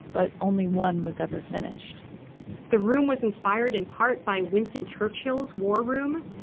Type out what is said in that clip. but only one was ever finished the room was inspired in part by winston churchill's war room.